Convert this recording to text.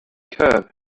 curve